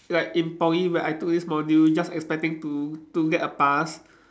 like in Poly when I took this module just expecting to to get a pass